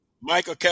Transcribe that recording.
Michael